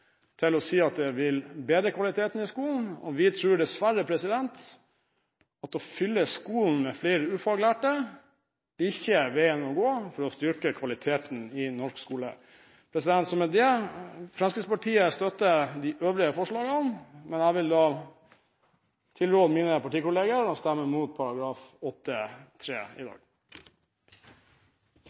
til å si at det vil bedre kvaliteten i skolen. Vi tror dessverre at det å fylle skolen med flere ufaglærte ikke er veien å gå for å styrke kvaliteten i norsk skole. Fremskrittspartiet støtter de øvrige forslagene, men jeg vil råde mine partikolleger til å stemme imot § 8-3 i dag.